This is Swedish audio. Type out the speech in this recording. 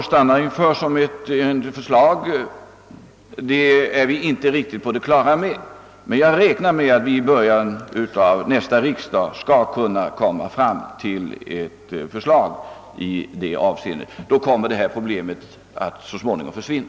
Vi är inte riktigt på det klara med vilket alternativ vi kommer att stanna för, men jag räknar med att vi i början av nästa års riksdag skall kunna komma fram med ett förslag i det avseendet. I så fall kommer ' detta problem så småningom att försvinna.